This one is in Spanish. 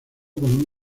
con